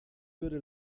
würde